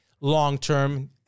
long-term